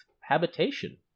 habitation